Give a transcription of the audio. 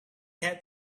had